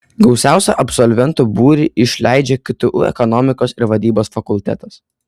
gausiausią absolventų būrį išleidžia ktu ekonomikos ir vadybos fakultetas